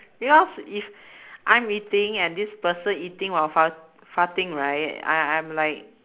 because if I'm eating and this person eating while fart~ farting right I'm I'm like